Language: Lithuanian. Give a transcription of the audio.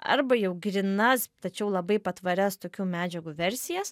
arba jau grynas tačiau labai patvarias tokių medžiagų versijas